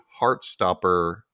Heartstopper